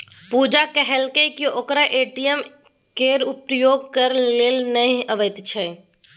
पुजा कहलकै कि ओकरा ए.टी.एम केर प्रयोग करय लेल नहि अबैत छै